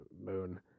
moon